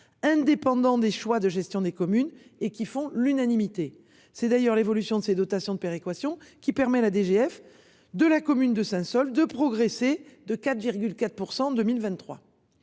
indépendant des choix de gestion des communes et qui font l'unanimité. C'est d'ailleurs l'évolution de ces dotations de péréquation qui permet la DGF de la commune de Saint Saulve de progresser de 4,4% en 2023.